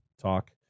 talk